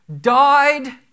died